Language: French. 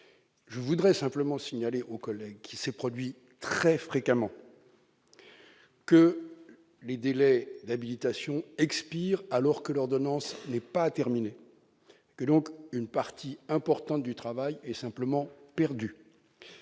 je voudrais simplement signaler aux collègues qui se produit très fréquemment que les délais d'habilitation expire alors que l'ordonnance n'est pas terminée que donc une partie importante du travail et simplement perdu